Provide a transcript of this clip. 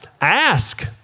Ask